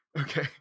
Okay